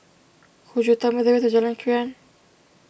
could you tell me the way to Jalan Krian